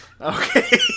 Okay